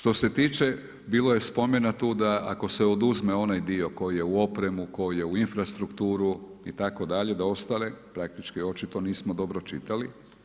Što se tiče bilo je spomena tu da ako se oduzme onaj dio koji je u opremu, koji je u infrastrukturu itd. da ostale praktički očito nismo dobro čitali.